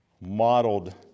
modeled